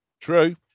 True